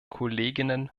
kolleginnen